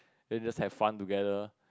then just have fun together